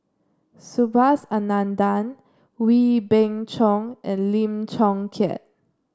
Subhas Anandan Wee Beng Chong and Lim Chong Keat